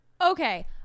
Okay